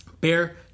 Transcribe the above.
Bear